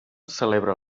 celebra